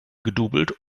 gedoubelt